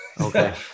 okay